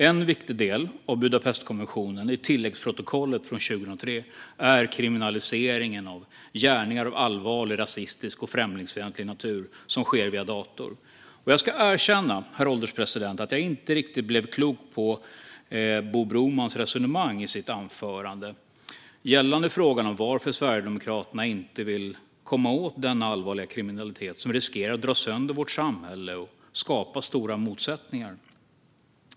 En viktig del av Budapestkonventionen i tilläggsprotokollet från 2003 är kriminaliseringen av gärningar av allvarlig rasistisk och främlingsfientlig natur som sker via dator. Jag ska erkänna, herr ålderspresident, att jag inte riktigt blev klok på Bo Bromans resonemang i sitt anförande gällande frågan om varför Sverigedemokraterna inte vill komma åt denna allvarliga kriminalitet som riskerar att dra sönder vårt samhälle och skapa stora motsättningar.